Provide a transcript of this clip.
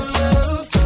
love